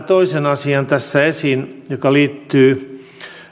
toisen asian joka liittyy